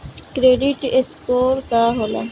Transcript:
Credit score का होला?